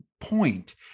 point